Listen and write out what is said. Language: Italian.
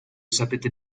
sapete